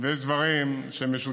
ויש דברים שמשותפים